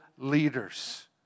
leaders